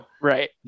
Right